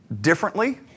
differently